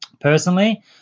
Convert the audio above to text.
Personally